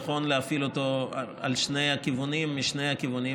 נכון להפעיל אותו על שני הכיוונים משני הכיוונים,